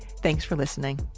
thanks for listening